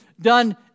done